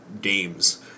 games